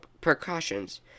precautions